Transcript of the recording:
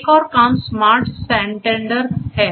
एक और काम स्मार्ट सैंटेंडर है